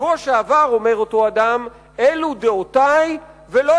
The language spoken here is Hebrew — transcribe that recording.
בשבוע שעבר אומר אותו אדם: "אלו דעותי ולא